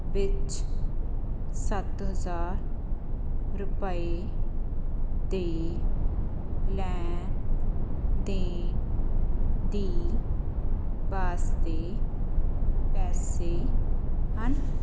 ਵਿੱਚ ਸੱਤ ਹਜ਼ਾਰ ਰੁਪਏ ਦੇ ਲੈਣ ਦੇਣ ਦੇ ਵਾਸਤੇ ਪੈਸੇ ਹਨ